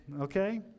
Okay